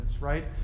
Right